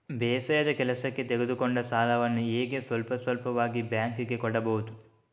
ಬೇಸಾಯದ ಕೆಲಸಕ್ಕೆ ತೆಗೆದುಕೊಂಡ ಸಾಲವನ್ನು ಹೇಗೆ ಸ್ವಲ್ಪ ಸ್ವಲ್ಪವಾಗಿ ಬ್ಯಾಂಕ್ ಗೆ ಕೊಡಬಹುದು?